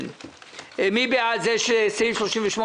מי בעד זה שסעיף 38 יחול,